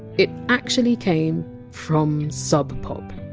it actually came from sub pop.